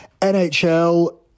NHL